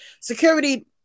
security